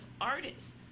artists